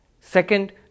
Second